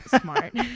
smart